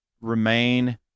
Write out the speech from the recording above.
remain